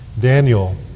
Daniel